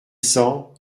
cent